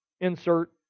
insert